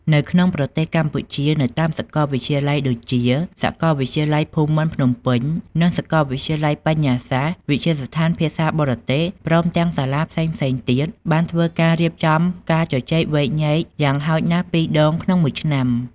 នៅក្នុងប្រទេសកម្ពុជា នៅតាមសាកលវិទ្យាល័យដូចជា សាកលវិទ្យាល័យភូមិន្ទភ្នំពេញ និងសាកលវិទ្យាល័យបញ្ញាសាស្ត្រ វិទ្យាស្ថានភាសាបរទេស ព្រមទាំងសាលាផ្សេងៗទៀត បានធ្វើការរៀបចំការជជែកវែកញែកយ៉ាងហោចណាស់២ដងក្នុងមួយឆ្នាំ។